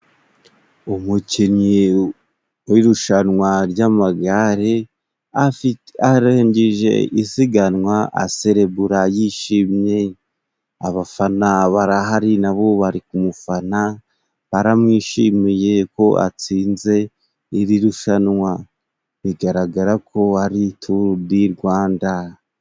Umukinnyi w'irushanwa ry'amagare afite arengeje isiganwa aserebura yishimye, abafana barahari nabo bari mufana baramwishimiye ko atsinze iri rushanwa, bigaragara ko ari turudirwanda.